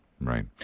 right